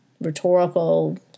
rhetorical